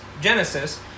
Genesis